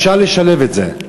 אני אומר, אפשר לשלב את זה.